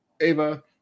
Ava